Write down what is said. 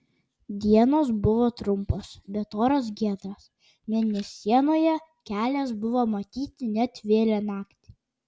dienos buvo trumpos bet oras giedras mėnesienoje kelias buvo matyti net vėlią naktį